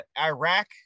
Iraq